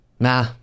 Nah